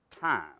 time